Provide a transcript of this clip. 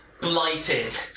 blighted